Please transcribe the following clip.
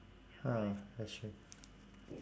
ah that's true